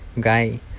guy